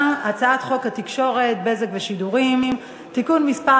הצעת חוק התקשורת (בזק ושידורים) (תיקון מס'